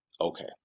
Okay